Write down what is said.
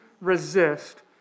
resist